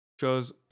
shows